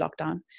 lockdown